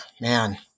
man